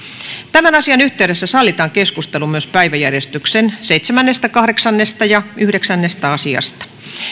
tämän asian yhteydessä sallitaan keskustelu myös päiväjärjestyksen seitsemän kahdeksas ja yhdeksännestä asiasta